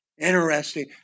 Interesting